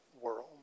world